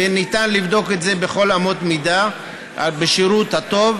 וניתן לבדוק את זה בכל אמות המידה בשירות הטוב.